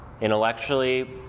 intellectually